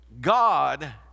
God